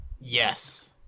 Yes